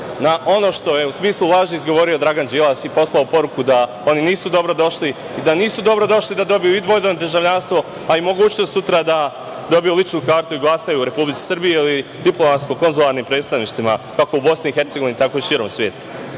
na ono što je u smislu laži izgovorio Dragan Đilas i poslao poruku da oni nisu dobrodošli, da nisu dobrodošli da dobiju i dvojno državljanstvo, a i mogućnost sutra da dobiju ličnu kartu i glasaju u Republici Srbiji ili diplomatsko-konzularnim predstavništvima, kako u Bosni i Hercegovini